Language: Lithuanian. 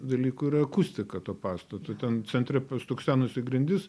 dalykų yra akustika to pastato ten centre pastuksenus į grindis